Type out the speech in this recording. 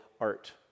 art